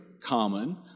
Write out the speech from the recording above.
common